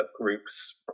groups